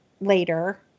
later